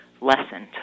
lessened